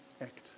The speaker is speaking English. act